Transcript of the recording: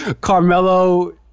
Carmelo